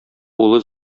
улы